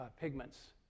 pigments